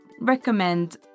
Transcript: recommend